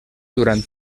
durant